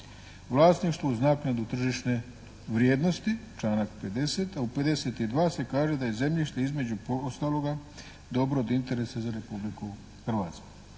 vlasništvo uz naknadu tržišne vrijednosti, članak 50. A u 52. se kaže da je zemljište između ostaloga dobro od interesa za Republiku Hrvatsku.